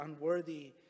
unworthy